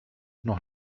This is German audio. noch